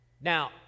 Now